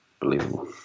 Believable